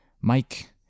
Mike